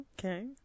Okay